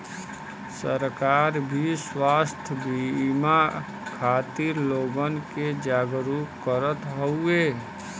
सरकार भी स्वास्थ बिमा खातिर लोगन के जागरूक करत हउवे